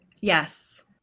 Yes